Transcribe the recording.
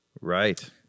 Right